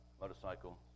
motorcycle